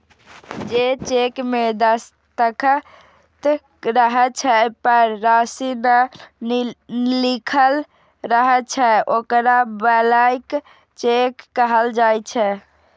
जे चेक मे दस्तखत रहै छै, पर राशि नै लिखल रहै छै, ओकरा ब्लैंक चेक कहल जाइ छै